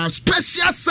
special